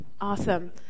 awesome